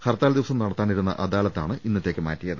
ഹർത്താൽ ദിവസം നടത്താനിരുന്ന അദാലത്താണ് ഇന്നത്തേക്ക് മാറ്റിയത്